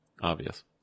obvious